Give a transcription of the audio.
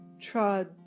trod